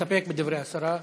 נסתפק בדברי השרה.